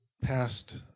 past